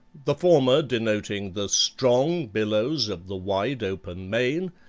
the former denoting the strong billows of the wide open main,